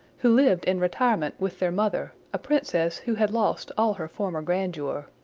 who lived in retirement with their mother, a princess who had lost all her former grandeur.